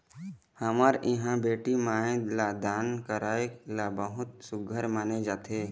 हमर इहाँ बेटी माई ल दान करई ल बहुत सुग्घर माने जाथे